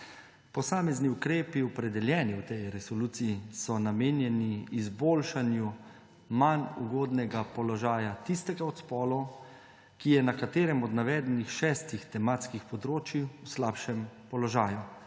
Posamezni ukrepi, opredeljeni v tej resoluciji, so namenjeni izboljšanju manj ugodnega položaja tistega od spolov, ki je na katerem od navedenih šestih tematskih področij v slabšem položaju